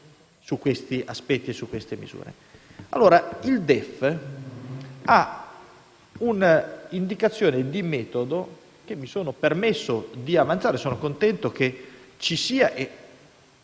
misure. Il DEF reca una indicazione di metodo che mi sono permesso di avanzare; sono contento che ci sia e